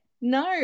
No